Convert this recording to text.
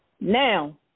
Now